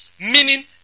Meaning